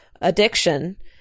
addiction